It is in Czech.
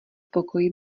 pokoji